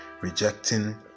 rejecting